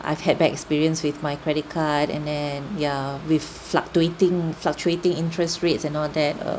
I've had bad experience with my credit card and then ya with fluctuating fluctuating interest rates and all that